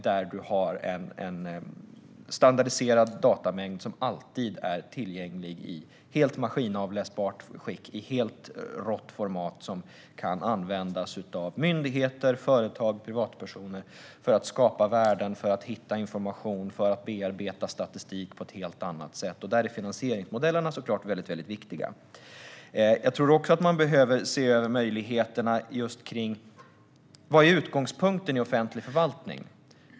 Där har man en standardiserad datamängd som alltid är tillgänglig i ett helt maskinavläsbart och rått format som kan användas av myndigheter, företag och privatpersoner för att skapa värden, hitta information och bearbeta statistik på ett helt annat sätt. Där är såklart finansieringsmodellerna väldigt viktiga. Jag tror att man även behöver se över möjligheterna just kring vad som är utgångspunkten i offentlig förvaltning.